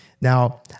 Now